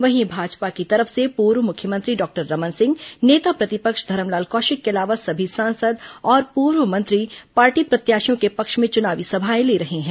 वहीं भाजपा की तरफ से पूर्व मुख्यमंत्री डॉक्टर रमन सिंह नेता प्रतिपक्ष धरमलाल कौशिक के अलावा सभी सांसद और पूर्व मंत्री पार्टी प्रत्याशियों के पक्ष में चुनावी सभाएं ले रहे हैं